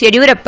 Yediyurappa